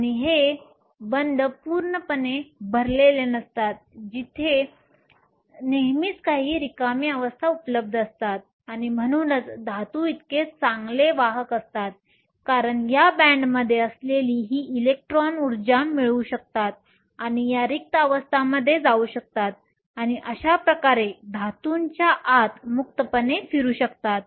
आणि हे बंध पूर्णपणे भरलेले नसतात तिथे नेहमीच काही रिकामी अवस्था उपलब्ध असतात आणि म्हणूनच धातू इतके चांगले वाहक असतात कारण या बँडमध्ये असलेली ही इलेक्ट्रॉन ऊर्जा मिळवू शकतात आणि या रिक्त अवस्थांमध्ये जाऊ शकतात आणि अशा प्रकारे धातूच्या आत मुक्तपणे फिरू शकतात